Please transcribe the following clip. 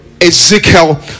Ezekiel